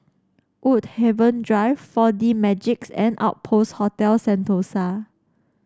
Woodhaven Drive Four D Magix and Outpost Hotel Sentosa